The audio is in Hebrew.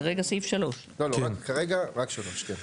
כרגע סעיף 3. רק 3, כרגע.